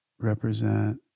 Represent